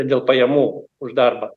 dėl pajamų už darbą